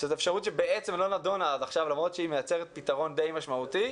שזו אפשרות שבעצם לא נדונה עכשיו למרות שהיא מייצרת פתרון די משמעותי,